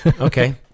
Okay